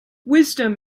wisdom